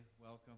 welcome